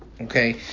Okay